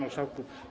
Marszałku!